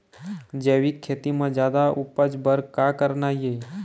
जैविक खेती म जादा उपज बर का करना ये?